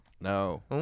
no